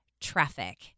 Traffic